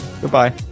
Goodbye